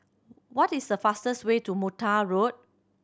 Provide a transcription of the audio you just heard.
what is the fastest way to Mata Road